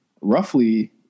Roughly